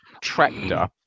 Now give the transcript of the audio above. Tractor